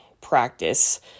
practice